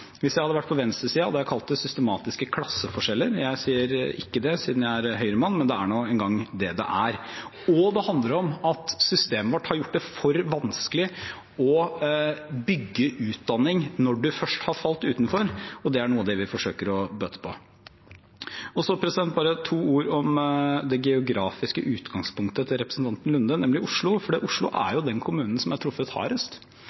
hvis jeg hadde vært på venstresiden, hadde jeg kalt det systematiske klasseforskjeller; jeg sier ikke det, siden jeg er Høyre-mann, men det er nå engang det det er – og det handler om at systemet vårt har gjort det for vanskelig å bygge utdanning når man først har falt utenfor. Det er noe av det vi forsøker å bøte på. Så bare to ord om det geografiske utgangspunktet til representanten Nordby Lunde, nemlig Oslo: Oslo er den kommunen som er truffet hardest,